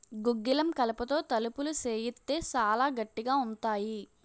గుగ్గిలం కలపతో తలుపులు సేయిత్తే సాలా గట్టిగా ఉంతాయి